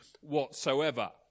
whatsoever